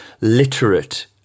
literate